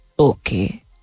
Okay